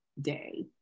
day